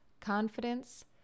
confidence